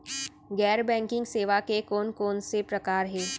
गैर बैंकिंग सेवा के कोन कोन से प्रकार हे?